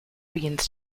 begins